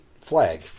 flag